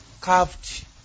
carved